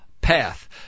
Path